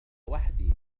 وحدي